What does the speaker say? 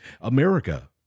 America